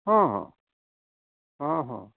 ହଁ ହଁ ହଁ ହଁ